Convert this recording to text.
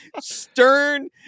stern